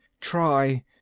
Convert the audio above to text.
try